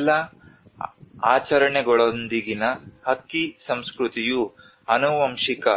ಎಲ್ಲಾ ಆಚರಣೆಗಳೊಂದಿಗಿನ ಅಕ್ಕಿ ಸಂಸ್ಕೃತಿಯು ಆನುವಂಶಿಕ